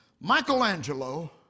Michelangelo